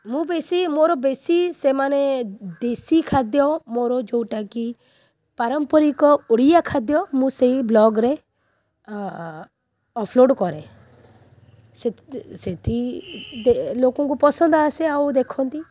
ମୁଁ ବେଶୀ ମୋର ବେଶୀ ସେମାନେ ଦେଶୀ ଖାଦ୍ୟ ମୋର ଯେଉଁଟା କି ପାରମ୍ପରିକ ଓଡ଼ିଆ ଖାଦ୍ୟ ମୁଁ ସେଇ ବ୍ଲଗ୍ରେ ଅପଲୋଡ଼୍ କରେ ସେଥି ଲୋକଙ୍କୁ ପସନ୍ଦ ଆସେ ଆଉ ଦେଖନ୍ତି